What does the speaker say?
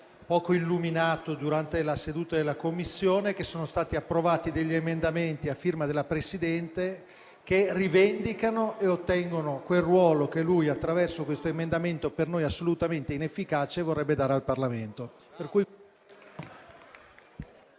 poco illuminato durante la seduta della Commissione, che sono stati approvati degli emendamenti a firma della Presidente, che rivendicano e ottengono quel ruolo che lui, attraverso questo emendamento, per noi assolutamente inefficace, vorrebbe dare al Parlamento.